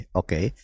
okay